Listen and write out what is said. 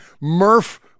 Murph